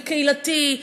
זה קהילתי,